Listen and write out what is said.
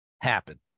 happen